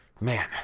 man